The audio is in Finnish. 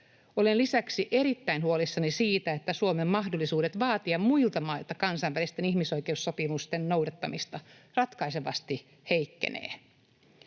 Olen lisäksi erittäin huolissani siitä, että Suomen mahdollisuudet vaatia muilta mailta kansainvälisten ihmisoikeussopimusten noudattamista ratkaisevasti heikkenee.